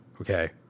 okay